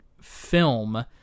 film